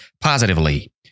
positively